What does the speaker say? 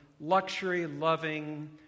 luxury-loving